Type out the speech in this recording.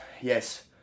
yes